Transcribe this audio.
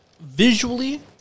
Visually